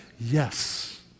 Yes